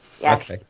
Yes